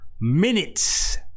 Minutes